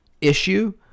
issue